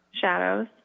Shadows